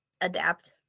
adapt